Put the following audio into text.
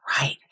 right